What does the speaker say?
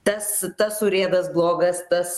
tas tas urėdas blogas tas